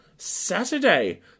Saturday